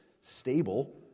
stable